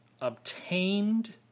obtained